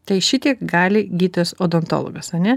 tai šitiek gali gydytojas odontologas ane